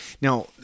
now